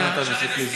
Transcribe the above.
אל תעליב.